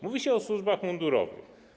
Mówi się o służbach mundurowych.